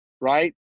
right